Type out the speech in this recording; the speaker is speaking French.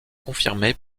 confirmés